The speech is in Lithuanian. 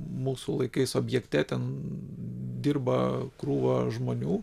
mūsų laikais objekte ten dirba krūva žmonių